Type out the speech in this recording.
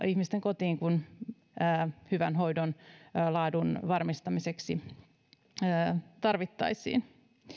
ihmisten kotiin siinä mitassa kuin hyvän hoidon laadun varmistamiseksi tarvittaisiin